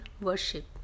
worship